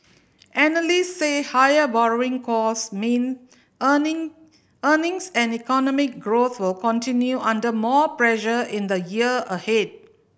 analysts say higher borrowing costs mean earning earnings and economic growth will come under more pressure in the year ahead